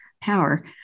power